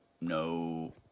No